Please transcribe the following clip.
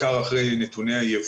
אתה יודע לומר לי מה בעבר מנע את החלת